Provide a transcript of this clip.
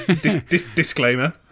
disclaimer